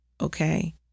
okay